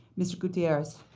mr. gutierrez. aye.